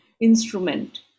instrument